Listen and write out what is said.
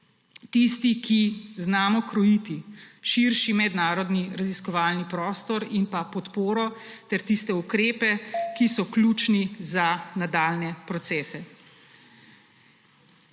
tisti, ki znamo krojiti širši mednarodni raziskovalni prostor in pa podporo ter tiste ukrepe, ki so ključni za nadaljnje procese.